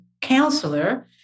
counselor